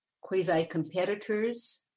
quasi-competitors